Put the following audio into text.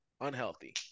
Unhealthy